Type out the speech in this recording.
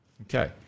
Okay